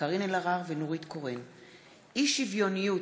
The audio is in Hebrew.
נורית קורן ומסעוד גנאים בנושא: אי-שוויוניות